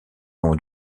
nom